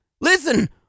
Listen